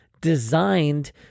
designed